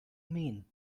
mean